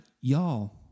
y'all